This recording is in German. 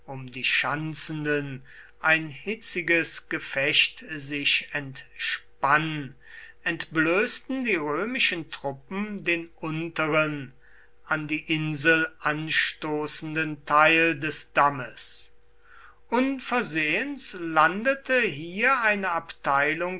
um die schanzenden ein hitziges gefecht sich entspann entblößten die römischen truppen den unteren an die insel anstoßenden teil des dammes unversehens landete hier eine abteilung